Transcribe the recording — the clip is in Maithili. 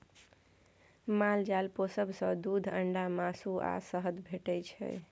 माल जाल पोसब सँ दुध, अंडा, मासु आ शहद भेटै छै